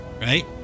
right